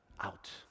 out